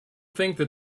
think